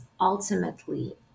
ultimately